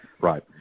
right